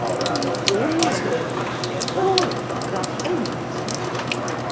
oh, all of them, my dear, all of them, without any exception.